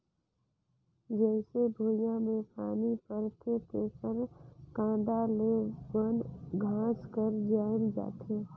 जईसे भुइयां में पानी परथे तेकर कांदा ले बन घास हर जायम जाथे